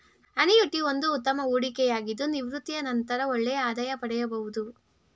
annuity ಒಂದು ಉತ್ತಮ ಹೂಡಿಕೆಯಾಗಿದ್ದು ನಿವೃತ್ತಿಯ ನಂತರ ಒಳ್ಳೆಯ ಆದಾಯ ಪಡೆಯಬಹುದು